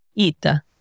Ita